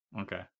okay